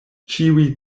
ĉiuj